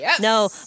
no